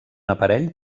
aparell